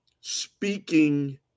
speaking